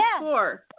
four